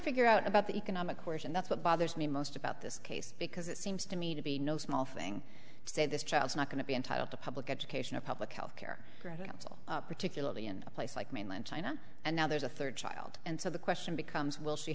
figure out about the economic course and that's what bothers me most about this case because it seems to me to be no small thing to say this child is not going to be entitled to public education a public health care for himself particularly in a place like mainland china and now there's a third child and so the question becomes will s